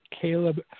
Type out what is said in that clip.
Caleb